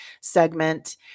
segment